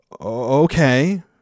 Okay